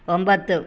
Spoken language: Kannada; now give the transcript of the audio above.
ಒಂಬತ್ತು